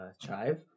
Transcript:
Chive